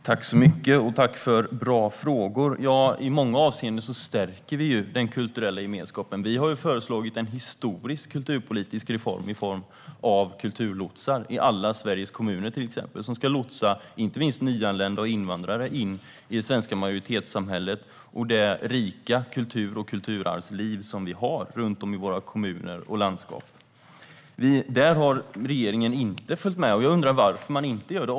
Herr talman! Tack för bra frågor! Ja, i många avseenden stärker vi den kulturella gemenskapen. Vi har föreslagit en historisk kulturpolitisk reform i form av kulturlotsar i alla Sveriges kommuner, till exempel, som ska lotsa inte minst nyanlända och invandrare in i det svenska majoritetssamhället och det rika kultur och kulturarvsliv som vi har runt om i våra kommuner och landskap. Där har regeringen inte följt med, och jag undrar varför regeringen inte gör det.